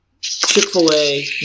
Chick-fil-A